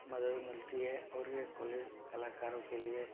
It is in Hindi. मदद मिलती है और ये कॉलेज कलाकारों के लिए